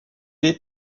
est